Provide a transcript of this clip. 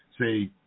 say